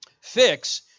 Fix